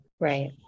Right